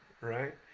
right